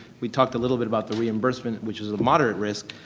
we talked a little bit about the reimbursement which is a moderate risk.